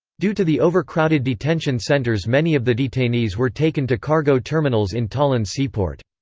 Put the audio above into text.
due to the overcrowded detention centres many of the detainees were taken to cargo terminals in tallinn's seaport.